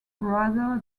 rather